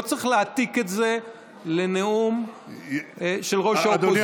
לא צריך להעתיק את זה לנאום של ראש האופוזיציה.